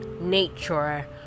nature